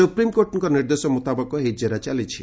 ସୁପ୍ରିମକୋର୍ଟଙ୍କ ନିର୍ଦ୍ଦେଶ ମୁତାବକ ଏହି ଜେରା ଚାଲିଛି